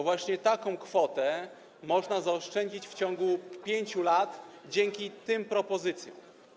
Właśnie taką kwotę można zaoszczędzić w ciągu 5 lat dzięki tym propozycjom.